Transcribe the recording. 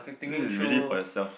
this is really for yourself